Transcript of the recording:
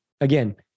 again